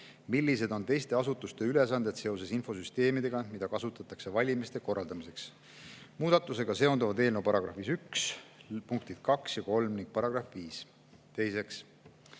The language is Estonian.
millised on teiste asutuste ülesanded seoses infosüsteemidega, mida kasutatakse valimiste korraldamiseks. Muudatusega seonduvad eelnõu § 1 punktid 2 ja 3 ning § 5. Teiseks